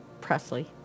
Presley